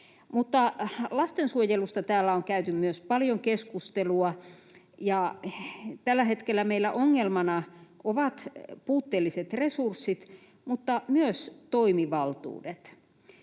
Lastensuojelusta täällä on käyty myös paljon keskustelua, ja tällä hetkellä meillä ongelmana ovat puutteelliset resurssit mutta myös toimivaltuudet.